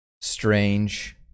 strange